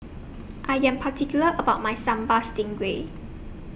I Am particular about My Sambal Stingray